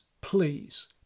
please